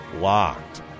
Locked